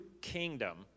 kingdom